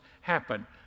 happen